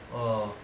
oh